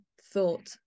thought